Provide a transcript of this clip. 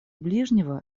ближнего